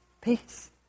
peace